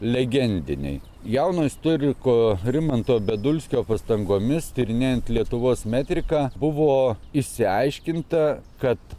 legendiniai jauno istoriko rimanto bedulskio pastangomis tyrinėjant lietuvos metriką buvo išsiaiškinta kad